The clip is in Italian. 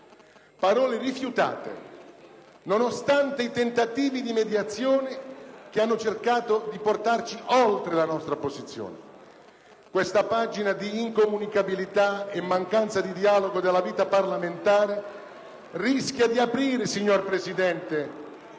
Parole rifiutate, nonostante i tentativi di mediazione che hanno cercato di portarci oltre la nostra posizione. Questa pagina di incomunicabilità e mancanza di dialogo della vita parlamentare rischia di aprire, signor Presidente,